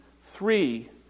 Three